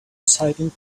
recycling